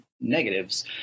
negatives